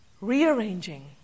rearranging